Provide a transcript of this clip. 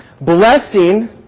Blessing